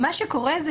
נעשית